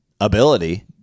ability